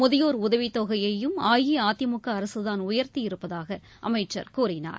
முதியோர் உதவித்தொகையையும் அஇஅதிமுக அரசுதான் உயர்த்தி இருப்பதாக அமைச்சர் கூறினார்